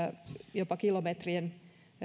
jopa kilometrien